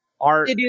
art